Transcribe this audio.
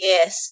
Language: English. Yes